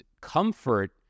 comfort